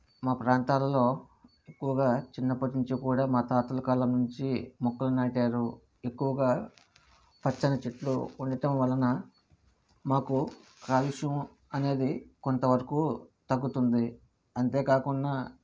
మా ప్రాంతాలలో ఎక్కువగా చిన్నప్పటి నుంచి కూడా ఆ మా తాతల కాలం నుంచి ఎక్కువగా మొక్కలు నాటారు ఎక్కువగా పచ్చని చెట్లు ఉండటం వలన మాకు కాలుష్యం అనేది కొంత వరకు తగ్గుతుంది అంతేకాకుండా